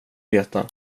veta